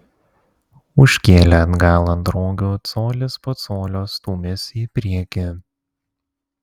užkėlę atgal ant rogių colis po colio stūmėsi į priekį